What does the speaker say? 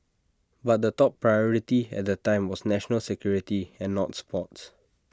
but the top priority at that time was national security and not sports